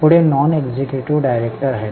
पुढे non executive director आहेत